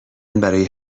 برای